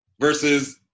Versus